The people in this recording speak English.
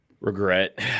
regret